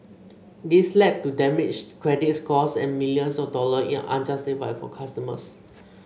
this led to damaged credit scores and millions of dollar in unjustified fees for customers